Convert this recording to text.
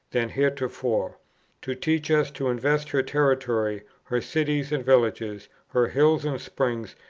than heretofore to teach us to invest her territory, her cities and villages, her hills and springs,